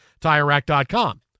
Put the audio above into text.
TireRack.com